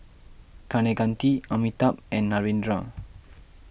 Kaneganti Amitabh and Narendra